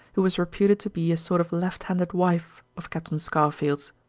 who was reputed to be a sort of left-handed wife of captain scarfield's.